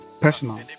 personal